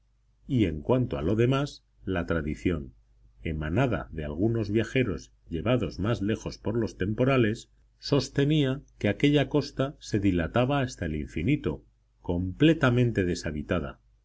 y en cuanto a lo demás la tradición emanada de algunos viajeros llevados más lejos por los temporales sostenía que aquella costa se dilataba hasta el infinito completamente deshabitada